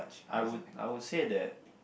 I would I would say that